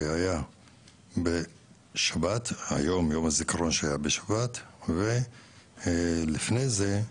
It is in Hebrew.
שהיה בשבת, היום יום הזיכרון שהיה בשבת ולפני כן,